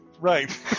Right